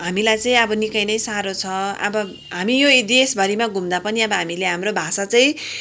हामीलाई चाहिँ अब निकै नै साह्रो छ अब हामी यो देश भरिमा घुम्दा पनि अब हामीले हाम्रो भाषा चाहिँ